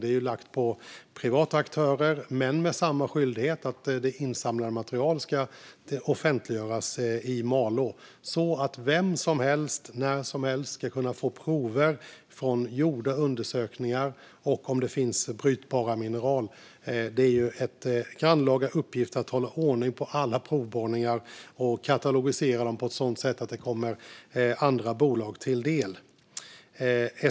Det är lagt på privata aktörer, men de har samma skyldighet att offentliggöra det insamlade materialet i Malå så att vem som helst när som helst ska kunna få prover från gjorda undersökningar för att se om det finns brytbara mineral. Det är en grannlaga uppgift att hålla ordning på alla provborrningar och katalogisera dem på ett sådant sätt att det kommer andra bolag till del.